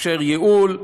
מאפשר ייעול,